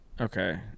Okay